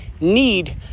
need